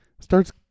Starts